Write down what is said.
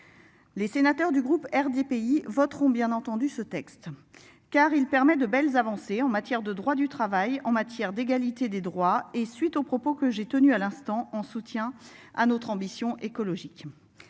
Les sénateurs du groupe RDPI voteront bien entendu ce texte. Car il permet de belles avancées en matière de droit du travail en matière d'égalité des droits et suite aux propos que j'ai tenu à l'instant, en soutien à notre ambition écologique.